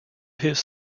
his